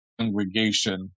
congregation